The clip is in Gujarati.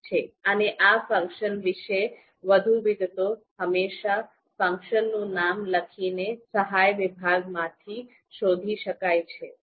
આ ફંક્શનનું નામ છે અને આ ફંક્શન વિશે વધુ વિગતો હંમેશાં ફંક્શનનું નામ લખીને સહાય વિભાગમાંથી શોધી શકાય છે